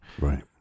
Right